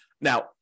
now